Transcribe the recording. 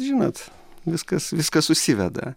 žinot viskas viskas susiveda